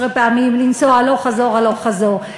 או 13 פעמים לנסוע הלוך-חזור, הלוך-חזור.